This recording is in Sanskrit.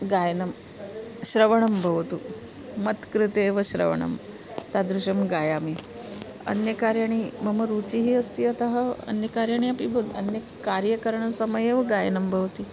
गायनं श्रवणं भवतु मत्कृते एव श्रवणं तादृशं गायामि अन्यकार्याणि मम रुचिः अस्ति अतः अन्यकार्याणि अपि ब अन्य कार्यकरणसमये एव गायनं भवति